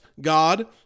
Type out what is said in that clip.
God